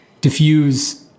diffuse